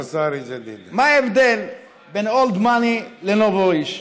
מה ההבדל בין old money לבין נובוריש?